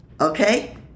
Okay